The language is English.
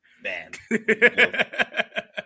Man